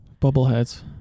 Bubbleheads